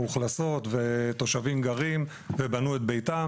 מאוכלסות ותושבים גרים ובנו את ביתם.